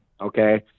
okay